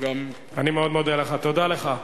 אני מאוד מודה לך, תודה לך.